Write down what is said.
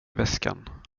väskan